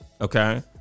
okay